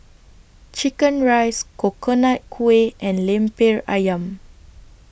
Chicken Rice Coconut Kuih and Lemper Ayam